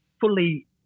fully